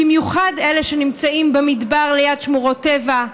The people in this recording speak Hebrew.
במיוחד אלה שנמצאים במדבר ליד שמורות טבע,